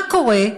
מה קורה?